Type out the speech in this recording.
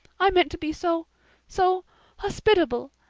i meant to be so so hospitable.